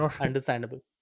Understandable